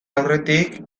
aurretik